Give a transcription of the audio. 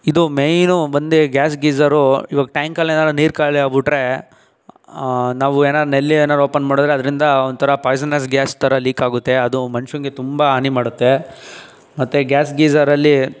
ಇದು ಮೈನು ಬಂದು gas geyser ಇವಾಗ ಟ್ಯಾಂಕಲೇನಾದ್ರು ನೀರು ಖಾಲಿ ಅಗ್ಬಿಟ್ರೆ ನಾವು ಏನು ನಲ್ಲಿ ಏನಾರ ಓಪನ್ ಮಾಡಿದರೆ ಅದರಿಂದ ಒಂಥರ ಪಾಯ್ಸನಸ್ ಗ್ಯಾಸ್ ಥರ ಲೀಕಾಗುತ್ತೆ ಅದು ಒಬ್ಬ ಮನುಷ್ಯನಿಗೆ ತುಂಬ ಹಾನಿ ಮಾಡುತ್ತೆ ಮತ್ತೆ ಗ್ಯಾಸ್ ಗೀಜರಲ್ಲಿ